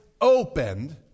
opened